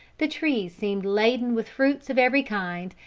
the trees seemed laden with fruits of every kind,